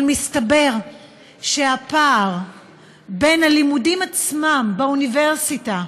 אבל מסתבר שהפער בין הלימודים עצמם באוניברסיטה,